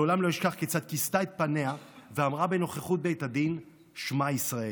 לעולם לא אשכח כיצד כיסתה את פניה ואמרה בנוכחות בית הדין "שמע ישראל".